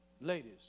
Ladies